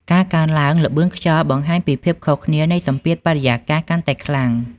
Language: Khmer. ការកើនឡើងល្បឿនខ្យល់បង្ហាញពីភាពខុសគ្នានៃសម្ពាធបរិយាកាសកាន់តែខ្លាំង។